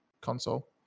console